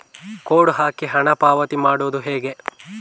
Code ಹಾಕಿ ಹಣ ಪಾವತಿ ಮಾಡೋದು ಹೇಗೆ?